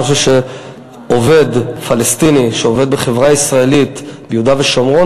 אני חושב שעובד פלסטיני שעובד בחברה ישראלית ביהודה ושומרון